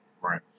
Right